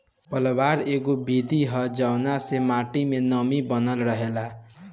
पलवार एगो विधि ह जवना से माटी मे नमी बनल रहेला